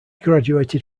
graduated